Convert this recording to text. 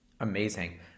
Amazing